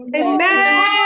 Amen